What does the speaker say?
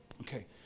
Okay